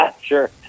Sure